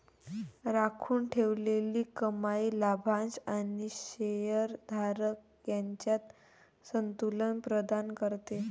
राखून ठेवलेली कमाई लाभांश आणि शेअर धारक यांच्यात संतुलन प्रदान करते